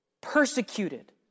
Persecuted